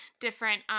different